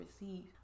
receive